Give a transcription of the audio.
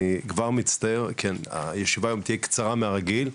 אני כבר מצטער, הישיבה היום תהיה קצרה מהרגיל.